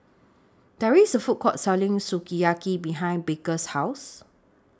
There IS A Food Court Selling Sukiyaki behind Baker's House